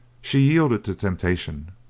she yielded to temptation,